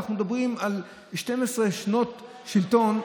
ואנחנו מדברים על 12 שנות שלטון,